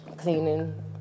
cleaning